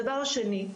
דבר שני,